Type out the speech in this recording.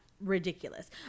ridiculous